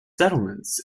settlements